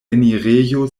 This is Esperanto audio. enirejo